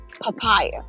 papaya